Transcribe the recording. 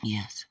Yes